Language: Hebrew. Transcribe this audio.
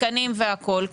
התקנים והכול?